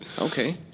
Okay